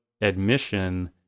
admission